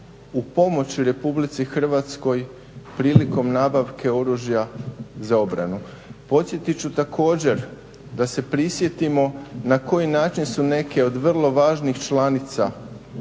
u pomoći RH prilikom nabavke oružja za obranu. Podsjetit ću također da se prisjetimo na koji način su neke od vrlo važnih članica